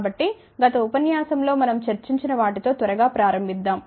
కాబట్టి గత ఉపన్యాసం లో మనం చర్చించిన వాటితో త్వరగా ప్రారంభిద్దాం